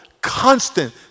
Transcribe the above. constant